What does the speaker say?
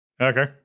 Okay